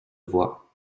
voix